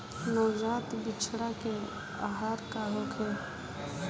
नवजात बछड़ा के आहार का होखे?